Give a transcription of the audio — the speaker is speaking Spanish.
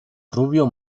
rubio